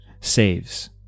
saves